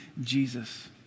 Jesus